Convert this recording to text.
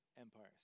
empires